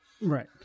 Right